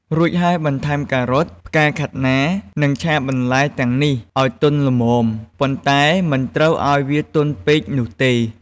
រួចហើយបន្ថែមការ៉ុត ផ្កាខាត់ណា និងឆាបន្លែទាំងនេះឱ្យទន់ល្មម ប៉ុន្តែមិនត្រូវឱ្យវាទន់ពេកនោះទេ។